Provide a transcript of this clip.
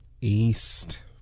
East